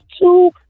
two